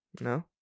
No